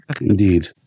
Indeed